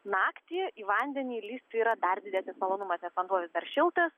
naktį į vandenį įlįsti yra dar didesnis malonumas nes vanduo vis dar šiltas